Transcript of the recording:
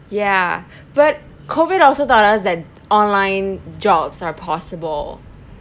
ya but COVID also taught us that online jobs are possible